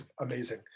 amazing